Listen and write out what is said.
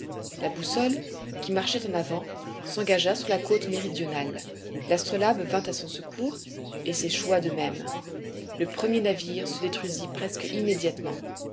la boussole qui marchait en avant s'engagea sur la côte méridionale l'astrolabe vint à son secours et s'échoua de même le premier navire se détruisit presque immédiatement